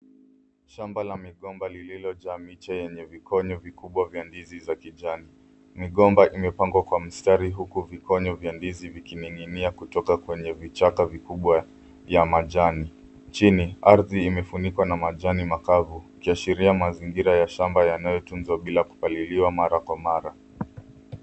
Shamba la migomba lililojaa miche yenye vikonyo vikubwa vya ndizi za kijani. Migomba imepangwa kwa mstari , huku vikonyo vya ndizi vikining'inia kutoka kwenye vichaka vikubwa vya majani. Chini, ardhi imefunikwa na majani makavu, ikiashiria mazingira ya shamba yanayotunzwa bila kupaliliwa mara kwa mara.